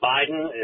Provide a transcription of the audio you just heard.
Biden